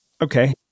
Okay